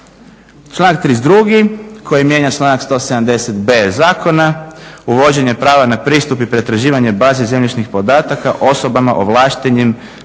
Članak 32. koji mijenja članak 170.b zakona uvođenje prava na pristup i pretraživanje baze zemljišnih podataka osobama ovlaštenim